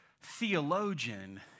theologian